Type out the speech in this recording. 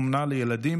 אומנה לילדים,